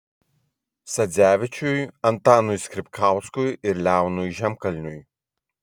sadzevičiui antanui skripkauskui ir leonui žemkalniui